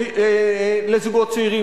פתרונות לזוגות צעירים,